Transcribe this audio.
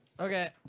Okay